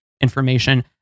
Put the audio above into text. information